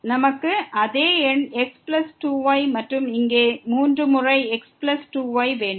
எனவே நமக்கு அதே எண் x பிளஸ் 2 y மற்றும் இங்கே 3 முறை x பிளஸ் 2 y வேண்டும்